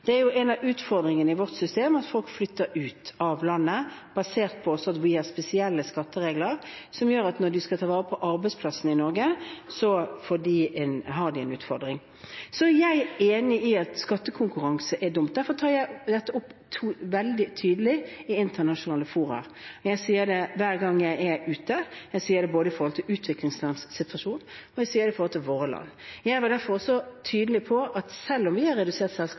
Det er jo en av utfordringene i vårt system at folk flytter ut av landet basert på at vi har spesielle skatteregler som gjør at når de skal ta vare på arbeidsplassene i Norge, så har de en utfordring. Jeg er enig i at skattekonkurranse er dumt, derfor tar jeg dette opp veldig tydelig i internasjonale fora. Jeg sier det hver gang jeg er ute, jeg sier det både med tanke på utviklingslands situasjon, og jeg sier det med tanke på våre land. Jeg var derfor også tydelig på at selv om vi har redusert